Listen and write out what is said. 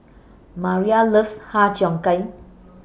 Mayra loves Har Cheong Gai